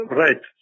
right